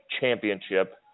Championship